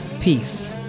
Peace